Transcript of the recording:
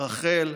רחל,